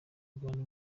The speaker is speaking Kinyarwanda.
rwanda